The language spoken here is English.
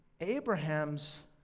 Abraham's